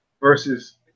versus